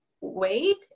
wait